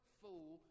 fool